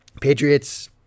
Patriots